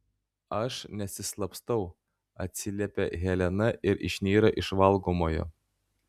aš nesislapstau atsiliepia helena ir išnyra iš valgomojo